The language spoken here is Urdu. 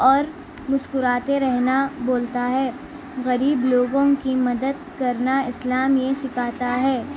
اور مسکراتے رہنا بولتا ہے غریب لوگوں کی مدد کرنا اسلام یہ سکھاتا ہے